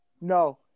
No